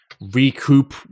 recoup